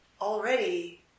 Already